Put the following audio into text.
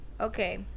Okay